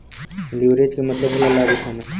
leverage के मतलब होला लाभ उठाना